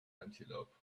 antelope